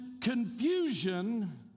confusion